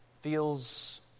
feels